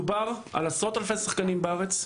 מדובר על עשרות אלפי שחקנים בארץ,